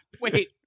Wait